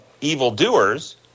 evildoers